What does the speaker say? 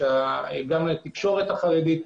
גם התקשורת החרדית.